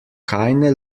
keine